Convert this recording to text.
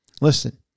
Listen